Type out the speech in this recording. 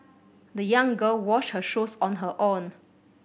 the young girl washed her shoes on her own